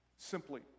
Simply